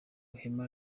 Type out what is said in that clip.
ihema